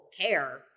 care